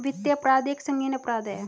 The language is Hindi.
वित्तीय अपराध एक संगीन अपराध है